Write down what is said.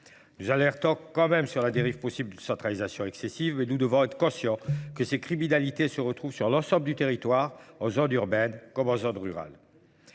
Nous alertons quand même sur la dérive possible de centralisation excessive, mais nous devons être conscients que ces criminalités se retrouvent sur l'ensemble du territoire, en zone urbaine comme en zone rurale.